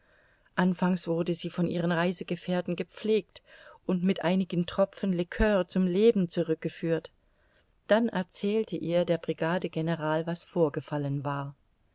anfangs wurde sie von ihren reisegefährten gepflegt und mit einigen tropfen liqueur zum leben zurückgeführt dann erzählte ihr der brigadegeneral was vorgefallen war